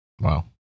Wow